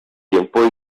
tiempo